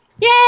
Yay